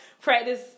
practice